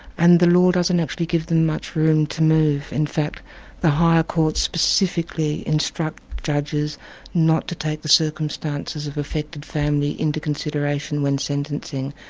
and the law doesn't actually give them much room to move. in fact the higher courts specifically instruct judges not to take the circumstances of affected family into consideration when sentencing.